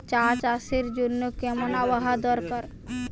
চা চাষের জন্য কেমন আবহাওয়া দরকার?